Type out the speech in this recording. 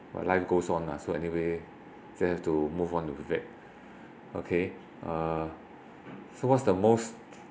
but life goes on lah so anyway they have to move on with it okay uh so what's the most